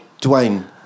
Dwayne